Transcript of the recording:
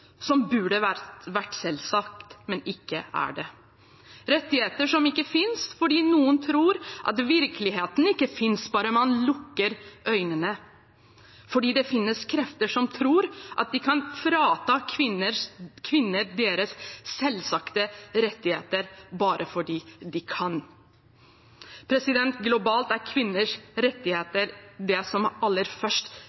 som burde være selvsagt, men som ikke er det, rettigheter som ikke finnes, fordi noen tror at virkeligheten ikke finnes bare man lukker øynene. For det finnes krefter som tror at de kan frata kvinner deres selvsagte rettigheter bare fordi de kan. Globalt er kvinners